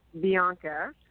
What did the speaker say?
Bianca